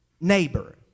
neighbor